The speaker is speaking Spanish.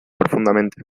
profundamente